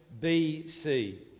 BC